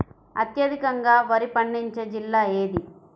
అత్యధికంగా వరి పండించే జిల్లా ఏది?